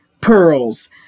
pearls